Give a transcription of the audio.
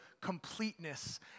completeness